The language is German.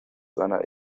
seiner